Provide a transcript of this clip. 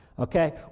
Okay